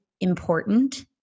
important